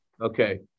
Okay